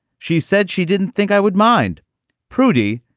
she said she didn't think i would mind prudy.